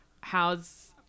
how's